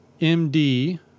MD